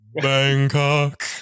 Bangkok